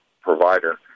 provider